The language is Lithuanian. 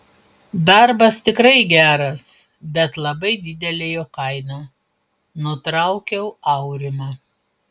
darbas tikrai geras bet labai didelė jo kaina nutraukiau aurimą